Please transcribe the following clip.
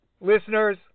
listeners